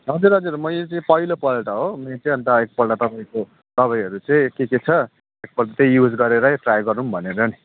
हजुर हजुर म यो चाहिँ पहिलोपल्ट हो मेरो चाहिँ अन्त एकपल्ट तपाईँको दबाईहरू चाहिँ के के छ एकपल्ट त्यही युज गरेरै ट्राई गरौँ भनेर नि